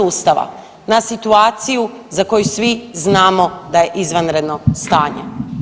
Ustava na situaciju za koju svi znamo da je izvanredno stanje.